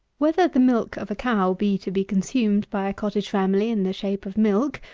whether the milk of a cow be to be consumed by a cottage family in the shape of milk,